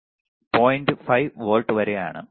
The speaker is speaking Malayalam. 5 വോൾട്ട് വരെയാണ്